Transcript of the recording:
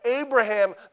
Abraham